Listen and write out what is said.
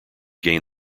gain